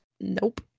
nope